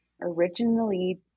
originally